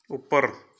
ਉੱਪਰ